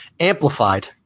Amplified